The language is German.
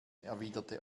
erwiderte